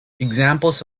examples